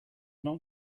not